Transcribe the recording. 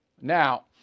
Now